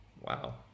Wow